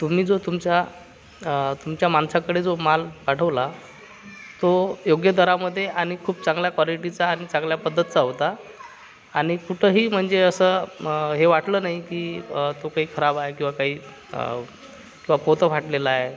तुम्ही जो तुमच्या तुमच्या माणसाकडे जो माल पाठवला तो योग्य दरामध्ये आणि खूप चांगल्या क्वालिटीचा आणि चांगल्या पद्धतीचा होता आणि कुठंही म्हणजे असं हे वाटलं नाही की तो काही खराब आहे किंवा काही किंवा पोतं फाटलेलं आहे